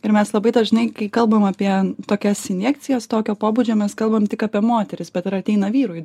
ir mes labai dažnai kai kalbam apie tokias injekcijas tokio pobūdžio mes kalbam tik apie moteris bet ir ateina vyrų į